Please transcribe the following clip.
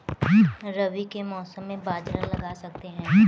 रवि के मौसम में बाजरा लगा सकते हैं?